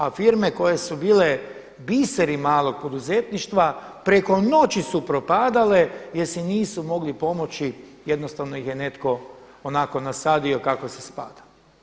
A firme koje su bile biseri malog poduzetništva preko noći su propadale jer si nisu mogli pomoći, jednostavno ih je netko onako nasadio kako se spada.